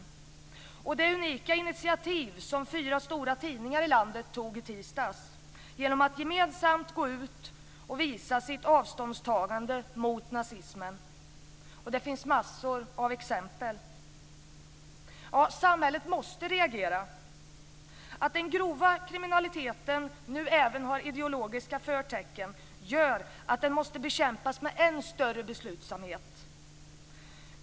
Det gäller också det unika initiativ som fyra stora tidningar i landet tog i tisdags genom att gemensamt gå ut och visa sitt avståndstagande mot nazismen. Det finns massor av exempel. Ja, samhället måste reagera. Att den grova kriminaliteten nu även har ideologiska förtecken gör att den måste bekämpas med än större beslutsamhet.